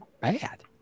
bad